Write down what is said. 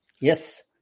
yes